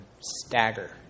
stagger